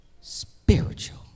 spiritual